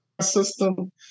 system